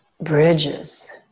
bridges